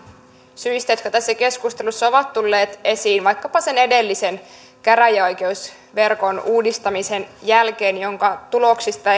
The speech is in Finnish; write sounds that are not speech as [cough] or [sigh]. syistä jotka tässä keskustelussa ovat tulleet esiin vaikkapa sen edellisen käräjäoikeusverkon uudistamisen jälkeen jonka tuloksista [unintelligible]